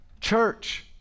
Church